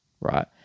right